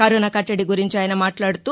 corona కట్టడి గురించి ఆయన మాట్లాడుతూ